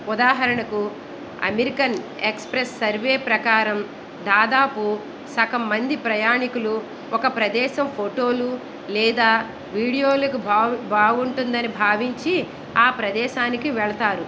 ఉదాహరణకు American Express survey ప్రకారం దాదాపు సగం మంది ప్రయాణీకులు ఒక ప్రదేశం ఫోటోలు లేదా వీడియోలకు బా బాగుంటుందని భావించి ఆ ప్రదేశానికి వెళతారు